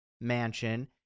mansion